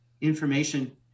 information